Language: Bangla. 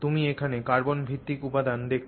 তুমি এখানে কার্বন ভিত্তিক উপাদান দেখছ